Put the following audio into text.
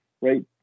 right